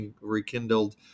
rekindled